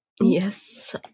Yes